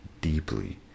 deeply